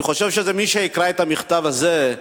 אני חושב שמי שיקרא את המכתב הזה,